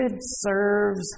serves